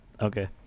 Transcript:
Okay